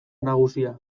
nagusia